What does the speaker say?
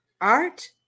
Art